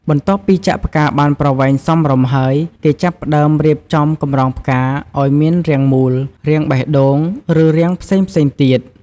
បន្ទាប់ពីចាក់ផ្កាបានប្រវែងសមរម្យហើយ គេចាប់ផ្ដើមរៀបចំកម្រងផ្កា ឲ្យមានរាងមូល រាងបេះដូង ឬរាងផ្សេងៗទៀត។